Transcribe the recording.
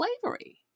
slavery